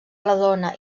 redona